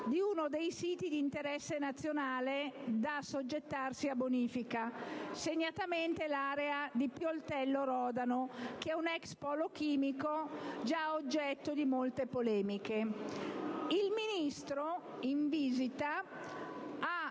di uno dei siti di interesse nazionale da assoggettarsi a bonifica, segnatamente l'area di Pioltello-Rodano, un ex polo chimico già oggetto di molte polemiche; il commissario europeo in visita ha